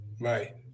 right